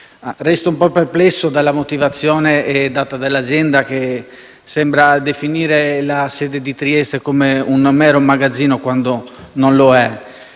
Sono un po' perplesso in merito alla motivazione data dall'azienda che sembra definire la sede di Trieste come un mero magazzino quando non lo è.